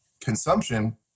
consumption